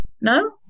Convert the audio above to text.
No